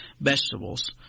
vegetables